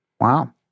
Wow